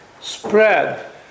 spread